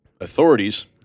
Authorities